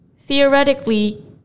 theoretically